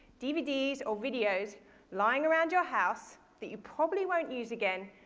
dvds, or videos lying around your house that you probably won't use again,